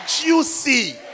juicy